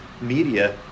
media